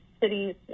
cities